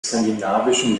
skandinavischen